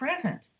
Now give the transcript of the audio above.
present